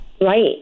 Right